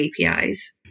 APIs